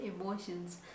emotions